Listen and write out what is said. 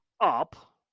up